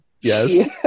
Yes